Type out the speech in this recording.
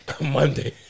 Monday